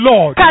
Lord